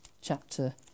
chapter